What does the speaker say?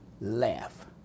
laugh